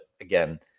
again